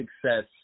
success